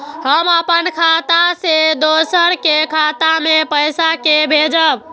हम अपन खाता से दोसर के खाता मे पैसा के भेजब?